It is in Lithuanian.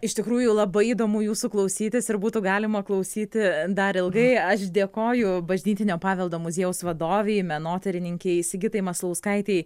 iš tikrųjų labai įdomu jūsų klausytis ir būtų galima klausyti dar ilgai aš dėkoju bažnytinio paveldo muziejaus vadovei menotyrininkei sigitai maslauskaitei